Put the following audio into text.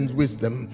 wisdom